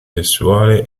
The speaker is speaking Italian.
sessuale